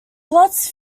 plots